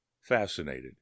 Fascinated